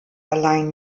allein